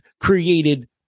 created